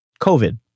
COVID